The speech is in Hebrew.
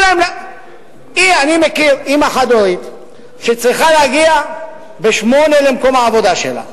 אני מכיר אמא חד-הורית שצריכה להגיע ב-08:00 למקום העבודה שלה.